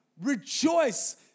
rejoice